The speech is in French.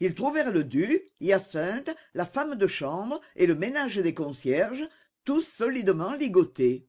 ils trouvèrent le duc hyacinthe la femme de chambre et le ménage des concierges tous solidement ligotés